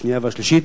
השנייה והשלישית.